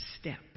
step